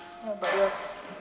what about yours